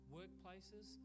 workplaces